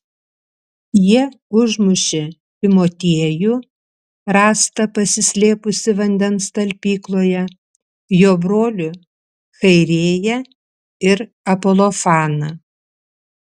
jie užmušė timotiejų rastą pasislėpusį vandens talpykloje jo brolį chairėją ir apolofaną